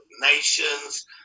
nations